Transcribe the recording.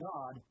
God